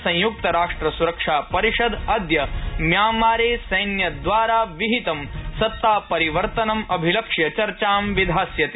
संयुक्तराष्ट्रसुरक्षापरिषद् अद्य म्यांमारे सैन्यद्वारा विहित सत्तापरिवर्तनम् अभिलक्ष्य चर्चा विधास्यति